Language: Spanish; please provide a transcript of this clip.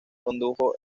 condujo